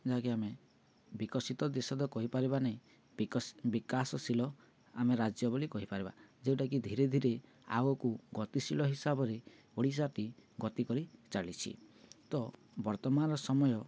ଯାହାକି ଆମେ ବିକଶିତ ଦେଶ ତ କହିପାରିବାନି ବିକାଶଶୀଳ ଆମେ ରାଜ୍ୟ ବୋଲି କହିପାରିବା ଯେଉଁଟାକି ଧୀରେ ଧୀରେ ଆଗକୁ ଗତିଶୀଳ ହିସାବରେ ଓଡ଼ିଶାଟି ଗତି କରି ଚାଲିଛି ତ ବର୍ତ୍ତମାନ ସମୟ